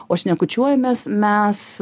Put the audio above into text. o šnekučiuojamės mes